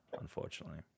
unfortunately